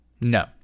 No